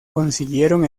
consiguieron